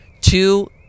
two